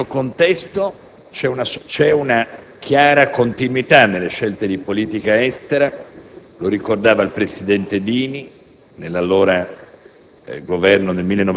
Credo che, in questo contesto, ci sia una chiara continuità nelle scelte di politica estera. Lo ricordava il presidente Dini; gli atti